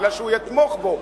כי הוא יתמוך בו.